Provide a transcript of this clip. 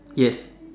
yes